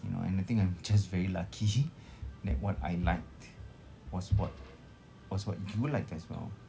you know anything I'm just very lucky that like what I like was what was what you like as well